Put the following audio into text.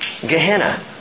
Gehenna